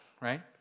right